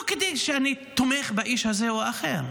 לא כי אני תומך באיש זה או אחר.